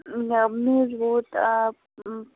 میٚہ مےٚ حظ ووت آ